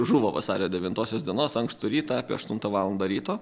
žuvo vasario devintosios dienos ankstų rytą apie aštuntą valandą ryto